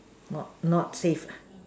not not safe lah